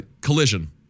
collision